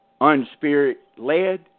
unspirit-led